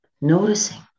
noticing